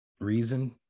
reason